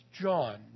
John